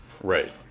Right